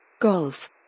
Golf